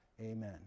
Amen